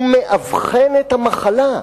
הוא מאבחן את המחלה,